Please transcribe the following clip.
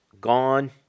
gone